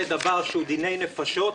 זה דבר שכרוך בדיני נפשות.